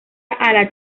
ala